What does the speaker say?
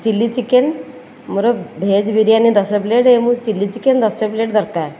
chilli chicken ମୋର veg biryani ଦଶ plate ଏବଂ ଚିଲ୍ଲି ଚିକେନ୍ ଦଶ ପ୍ଳେଟ୍ ଦରକାର